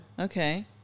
Okay